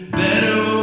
better